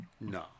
No